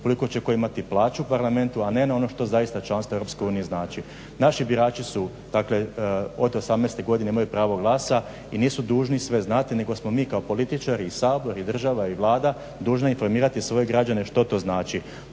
koliko će tko imati plaću u Parlamentu, a ne na ono što zaista članstvu u EU znači. Naši birači su od 18 godine imaju pravo glasa i nisu dužni sve znati nego smo mi kao političari i Sabor i država i Vlada dužni informirati svoje građane što to znači,